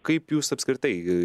kaip jūs apskritai